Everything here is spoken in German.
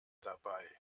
dabei